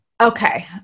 Okay